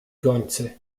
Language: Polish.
gońcy